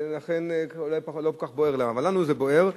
לכן אולי לא כל כך בוער להם, אבל לנו זה בוער.